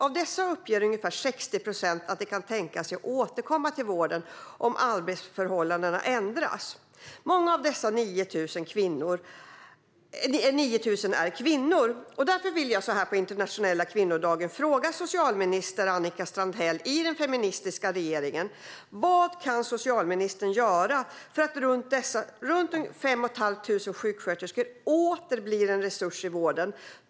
Av dessa uppger ca 60 procent att de kan tänka sig att återvända till vården om arbetsförhållandena ändras. Många av dessa 9 000 sjuksköterskor är kvinnor. Därför vill jag, så här på internationella kvinnodagen, fråga socialminister Annika Strandhäll i den feministiska regeringen: Vad kan socialministern göra för att de fem och ett halvt tusen sjuksköterskorna åter bli en resurs i vården?